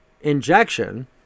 injection